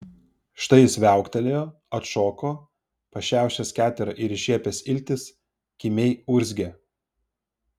štai jis viauktelėjo atšoko pa šiaušęs keterą ir iššiepęs iltis kimiai urzgė